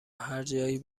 هرجایی